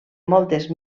moltes